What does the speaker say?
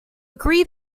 agree